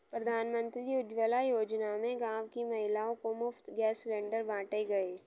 प्रधानमंत्री उज्जवला योजना में गांव की महिलाओं को मुफ्त गैस सिलेंडर बांटे गए